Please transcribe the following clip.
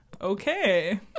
okay